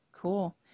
cool